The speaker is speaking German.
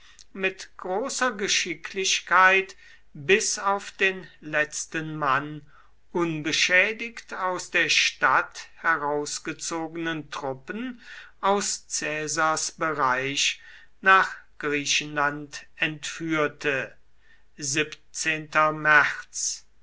mit großer geschicklichkeit bis auf den letzten mann unbeschädigt aus der stadt herausgezogenen truppen aus caesars bereich nach griechenland entführte